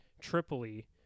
Tripoli